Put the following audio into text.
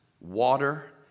water